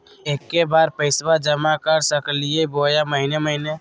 एके बार पैस्बा जमा कर सकली बोया महीने महीने?